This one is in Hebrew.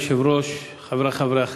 אדוני היושב-ראש, תודה, חברי חברי הכנסת,